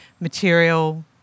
material